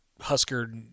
Husker